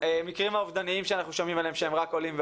המקרים האובדניים שאנחנו שומעים עליהם שהם רק עולים ועולים,